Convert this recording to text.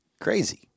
Crazy